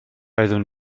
oeddwn